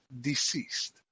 deceased